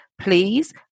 please